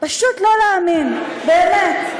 פשוט לא להאמין, באמת.